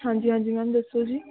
ਹਾਂਜੀ ਹਾਂਜੀ ਮੈਮ ਦੱਸੋ ਜੀ